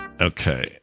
Okay